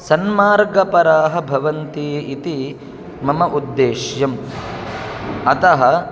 सन्मार्गपराः भवन्ति इति मम उद्देश्यम् अतः